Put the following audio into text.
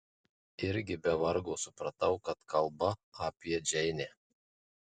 irgi be vargo supratau kad kalba apie džeinę